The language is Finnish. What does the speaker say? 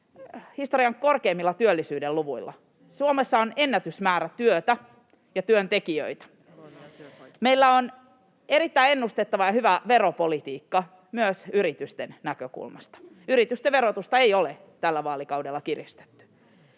historian korkeimmilla työllisyyden luvuilla. Suomessa on ennätysmäärä työtä ja työntekijöitä. [Perussuomalaisten ryhmästä: Ja velkaa!] Meillä on erittäin ennustettava ja hyvä veropolitiikka myös yritysten näkökulmasta. Yritysten verotusta ei ole tällä vaalikaudella kiristetty.